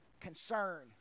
concern